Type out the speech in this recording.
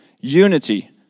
unity